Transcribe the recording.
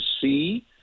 see